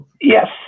Yes